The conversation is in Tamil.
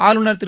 ஆளுநர் திரு